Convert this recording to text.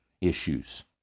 issues